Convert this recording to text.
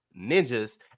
ninjas